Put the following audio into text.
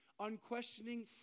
unquestioning